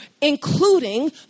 including